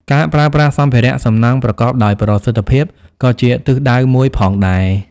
ការប្រើប្រាស់សម្ភារៈសំណង់ប្រកបដោយប្រសិទ្ធភាពក៏ជាទិសដៅមួយផងដែរ។